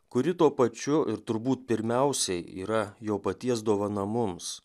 kuri tuo pačiu ir turbūt pirmiausiai yra jo paties dovana mums